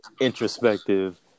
introspective